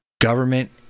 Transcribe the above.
government